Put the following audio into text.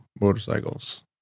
motorcycles